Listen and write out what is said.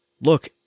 look